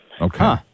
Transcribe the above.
Okay